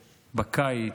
בקיץ,